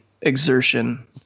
exertion